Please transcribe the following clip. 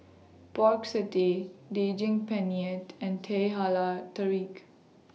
Pork Satay Daging Penyet and Teh Halia Tarik